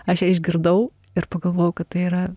aš ją išgirdau ir pagalvojau kad tai yra